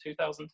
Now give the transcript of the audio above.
2010